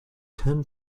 ten